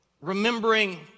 Remembering